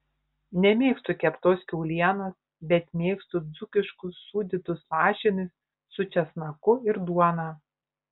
nemėgstu keptos kiaulienos bet mėgstu dzūkiškus sūdytus lašinius su česnaku ir duona